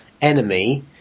enemy